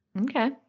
Okay